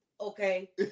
Okay